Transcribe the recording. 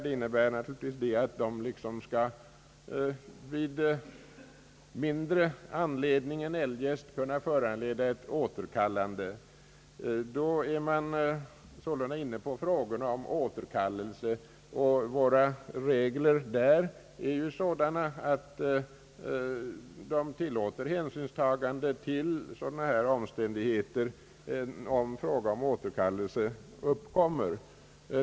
De innebär att de skall kunna återkallas vid mindre anledning än eljest. Då är man således inne på frågan om återkallelser, och våra regler i detta avseende är sådana att de tillåter hänsynstagande till sådana här omständigheter, om fråga om återkallelse uppkommer.